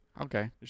okay